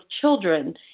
children